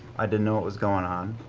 i didn't know what was going on.